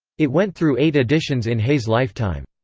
it went through eight editions in hay's lifetime.